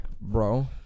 bro